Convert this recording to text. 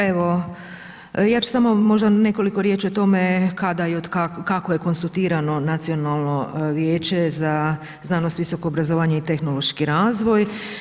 Evo, ja ću samo možda nekoliko riječi o tome kada je i kako je konstituirano Nacionalno vijeće za znanost, visoko obrazovanje i tehnološki razvoj.